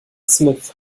smith